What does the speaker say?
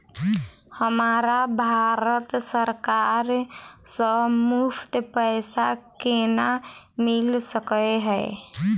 हमरा भारत सरकार सँ मुफ्त पैसा केना मिल सकै है?